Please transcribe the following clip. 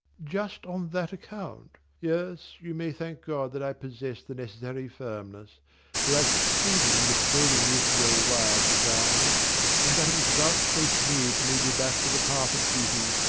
just on that account. yes, you may thank god that i possessed the necessary firmness that i succeeded in dissuading you from your wild designs and that it was vouchsafed me to lead you back to the path of duty,